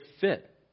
fit